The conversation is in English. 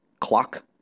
clock